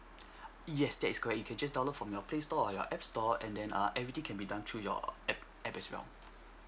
yes that is correct you can just download from the play store or your app store and then uh everything can be done through your app app as well